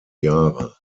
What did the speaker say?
jahre